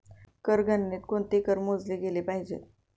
कर गणनेत कोणते कर मोजले गेले पाहिजेत?